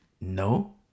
no